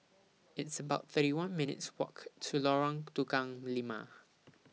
It's about thirty one minutes' Walk to Lorong Tukang Lima